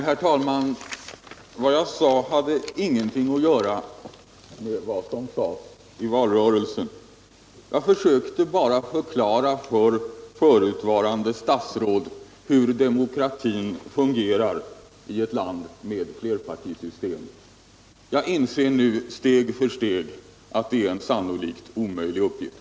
Herr talman! Vad jag sade hade ingenting att göra med vad sonr förekom i valrörelsen. Jag försökte bara förklara för ett förutvarande statsråd hur demokratin fungerar i ett land med flerpartisystem. Jag inser nu steg för steg att det är en sannolikt omöjlig uppgift.